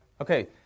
Okay